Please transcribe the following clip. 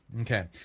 Okay